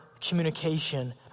communication